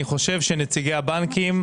אני חושב שנציגי הבנקים,